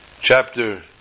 chapter